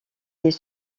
est